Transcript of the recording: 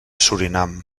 surinam